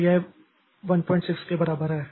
तो यह 16 के बराबर है